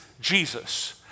Jesus